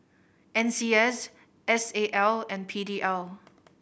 N C S S A L and P D L